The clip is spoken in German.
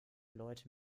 leute